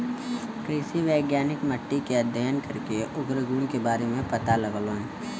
कृषि वैज्ञानिक मट्टी के अध्ययन करके ओकरे गुण के बारे में पता लगावलन